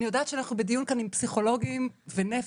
אני יודעת שאנחנו בדיון כאן עם פסיכולוגים ונפש,